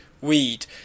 weed